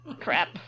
Crap